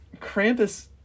Krampus